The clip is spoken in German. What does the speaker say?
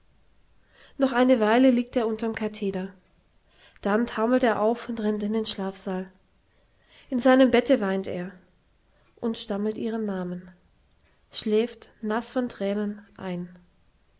noch eine weile liegt er unterm katheder dann taumelt er auf und rennt in den schlafsaal in seinem bette weint er und stammelt ihren namen schläft naß von thränen ein